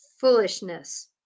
foolishness